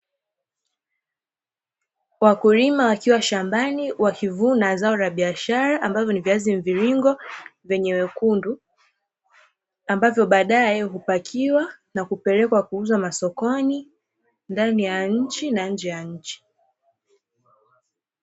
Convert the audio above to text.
Wakulima wakiwa shambani wakivuna zao la biashara, ambavyo ni viazi mviringo vyenye wekundu ambavyo baadae hupakiwa na kupelekwa kuuza masokoni, ndani ya nchi na nje ya nchi.